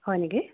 হয় নেকি